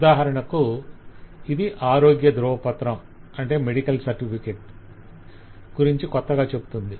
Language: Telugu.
ఉదాహరణకు ఇది 'Medical Certificate' ఆరోగ్య ధ్రువపత్రం గురించి కొత్తగా చెప్పుతుంది